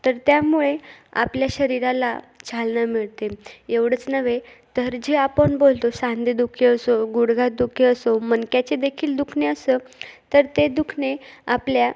तर त्यामुळे आपल्या शरीराला चालना मिळते एवढंच नव्हे तर जे आपण बोलतो सांधेदुखी असो गुडघात दुखी असो मणक्याचे देखील दुखणे असं तर ते दुखणे आपल्या